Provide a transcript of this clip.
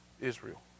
Israel